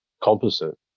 composite